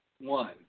one